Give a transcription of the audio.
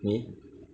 me